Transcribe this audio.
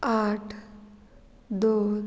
आठ दोन